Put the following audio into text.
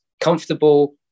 comfortable